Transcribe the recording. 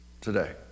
today